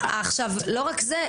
לא רק זה.